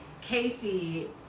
Casey